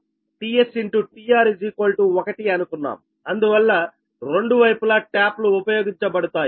అందువల్ల రెండు వైపులా ట్యాప్ లు ఉపయోగించబడతాయి